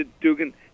Dugan